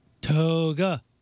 Toga